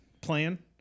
plan